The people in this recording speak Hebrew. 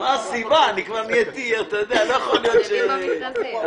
לא ניתן לעשות את זה.